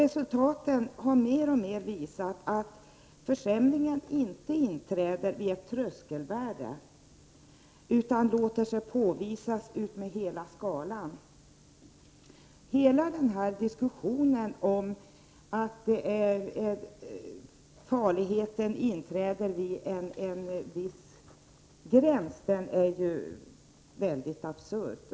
Det har mer och mer framgått att det inte handlar om ett tröskelvärde utan att försämringen låter sig påvisas över hela skalan. Över huvud taget är diskussionen om att farligheten inträder vid en viss gräns i hög grad absurd.